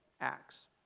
Acts